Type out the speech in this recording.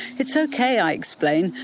it's okay i explain,